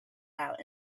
out